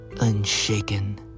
unshaken